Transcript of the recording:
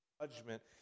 judgment